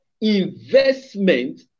investment